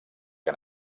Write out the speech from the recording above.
que